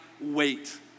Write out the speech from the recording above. wait